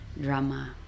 drama